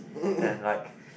and like